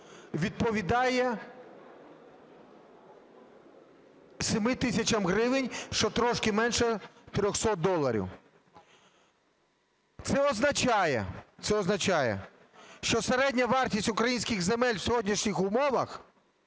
відповідає 7 тисячам гривень, що трошки менше 300 доларів. Це означає, що середня вартість українських земель у сьогоднішніх умовах